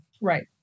Right